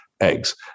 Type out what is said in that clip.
eggs